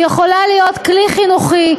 היא יכולה להיות כלי חינוכי,